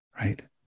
right